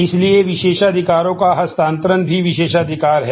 इसलिए विशेषाधिकारों का हस्तांतरण भी विशेषाधिकार है